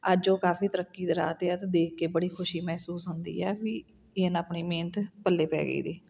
ਅੱਜ ਉਹ ਕਾਫੀ ਤਰੱਕੀ ਦੇ ਰਾਹ 'ਤੇ ਹੈ ਅਤੇ ਅੱਜ ਦੇਖ ਕੇ ਬੜੀ ਖੁਸ਼ੀ ਮਹਿਸੂਸ ਹੁੰਦੀ ਹੈ ਵੀ ਇੰਝ ਆਪਣੀ ਮਿਹਨਤ ਪੱਲੇ ਪੈ ਗਈ ਇਹਦੀ